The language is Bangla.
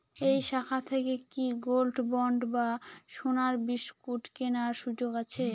এই শাখা থেকে কি গোল্ডবন্ড বা সোনার বিসকুট কেনার সুযোগ আছে?